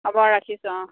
হ'ব ৰাখিছোঁ অঁ